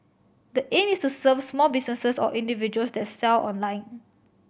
the aim is to serve small businesses or individuals that sell online